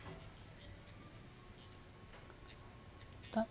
thought